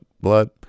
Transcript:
blood